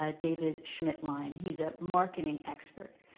ah david schmittlein. he's a marketing expert.